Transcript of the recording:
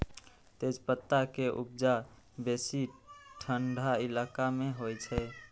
तेजपत्ता के उपजा बेसी ठंढा इलाका मे होइ छै